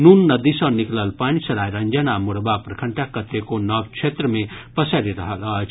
नून नदी सँ निकलल पानि सरायरंजन आ मोरबा प्रखंडक कतेको नव क्षेत्र मे पसरि रहल अछि